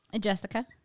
Jessica